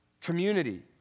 community